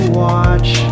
watch